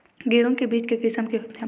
गेहूं के बीज के किसम के होथे?